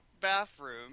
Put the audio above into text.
bathroom